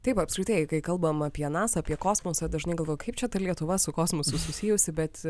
taip apskritai kai kalbam apie nasa apie kosmosą dažnai galvoju kaip čia ta lietuva su kosmosu susijusi bet